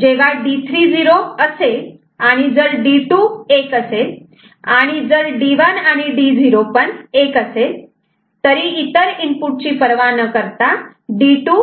जेव्हा D3 0 असेल आणि जर D2 1 असेल आणि जर D1 आणि D0 पण 1 असे ल तरी इतर इनपुटची परवा न करता D2